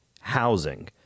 housing